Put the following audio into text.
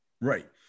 Right